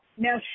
Now